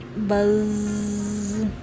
Buzz